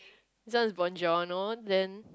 this one is buongiorno then